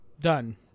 done